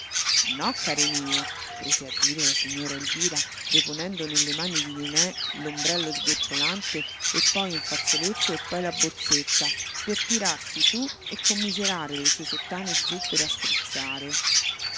no care mie prese a dire la signora elvira deponendo nelle mani di nené l'ombrello sgocciolante e poi un fazzoletto e poi la borsetta per tirarsi su e commiserare le sue sottane zuppe da strizzare